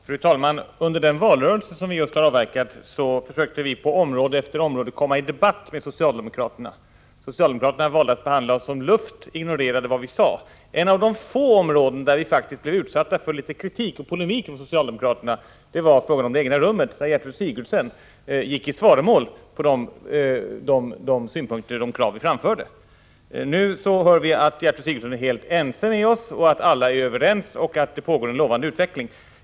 Fru talman! Under den valrörelse so 1 vi just har avverkat försökte vi på område efter område komma till debatt med socialdemokraterna. Socialdemokraterna valde att behandla oss som luft — de ignorerade vad vi sade. Ett av de få områden där vi faktiskt blev utsatta för litet kritik och polemik från socialdemokraterna gällde det egna rummet. Gertrud Sigurdsen gick i svaromål med anledning av de synpunkter och krav vi framförde. Nu hör vi att Gertrud Sigurdsen är helt ense med oss, att alla är överens och att det pågår en lovande utveckling.